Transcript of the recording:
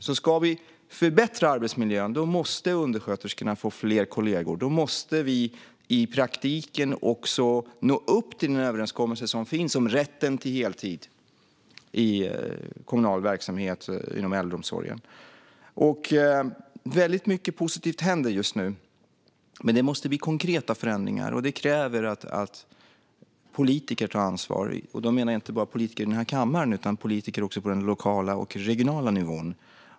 Ska vi förbättra arbetsmiljön måste undersköterskorna få fler kollegor. Då måste vi i praktiken nå upp till den överenskommelse som finns om rätten till heltid i kommunal verksamhet inom äldreomsorgen. Väldigt mycket positivt händer just nu. Men det måste bli konkreta förändringar, och det kräver att politiker tar ansvar - inte bara politiker i denna kammare utan också politiker på den lokala och den regionala nivån.